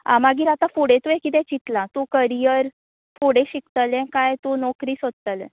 आं मागीर आतां फुडें तुवें कितें चितला तूं करियर फुडें शिकतलें काय तूं नोकरी सोदतलें